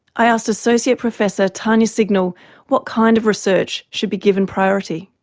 i asked associate professor tania signal what kind of research should be given priority.